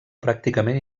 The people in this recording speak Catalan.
pràcticament